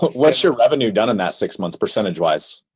but what's your revenue down in that six months, percentage-wise?